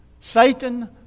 Satan